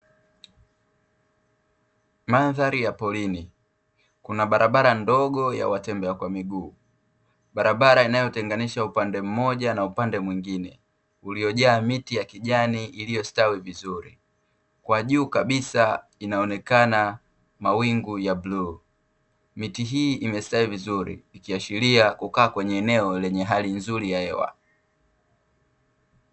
Mandhari ya porini kuna barabara ndogo ya watembea kwa miguu, barabara inayotenganisha upande mmoja na upande mwengine uliojaa miti ya kijani iliyostawi vizuri, kwa juu kabisa inaonekana mawingu ya bluu, miti hii imestawi vizuri ikiashiria kukaa kwenye eneo lenye hali nzuri ya hewa.